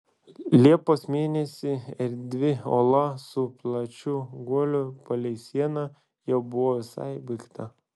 liepos mėnesį erdvi ola su plačiu guoliu palei sieną jau buvo visai baigta